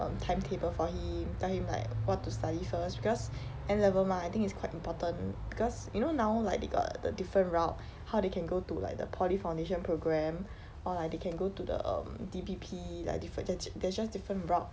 a timetable for him tell him like what to study first because N level mah I think it's quite important because you know now like they got the different route how they can go to like the poly foundation program or like they can go to the um D_P_P like diff~ there's ju~ there's just different route